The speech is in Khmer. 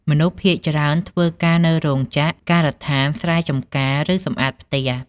មនុស្សភាគច្រើនធ្វើការនៅរោងចក្រ ការដ្ឋាន ស្រែចម្ការ ឬសម្អាតផ្ទះ។